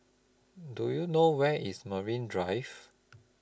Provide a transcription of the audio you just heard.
Do YOU know Where IS Marine Drive